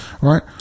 right